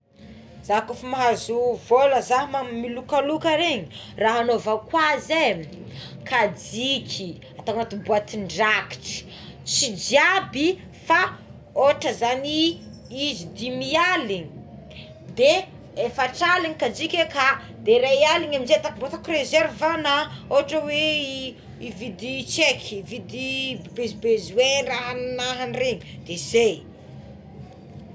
Za kôfa mahazo vôla zah za amign'iregny lokaloka regny raha anaovako azy é kajiky atao anaty boatindrakitra tsy jiaby fa ohatra zagny izy dimy aligny de efatr'aligna kajiko aka de ray aligna amizay mbô ataoko reserva ana oatra oe ividy tsy aiko ividy besbesoin raha nahandregny de zay.